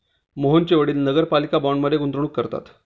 मोहनचे वडील नगरपालिका बाँडमध्ये गुंतवणूक करतात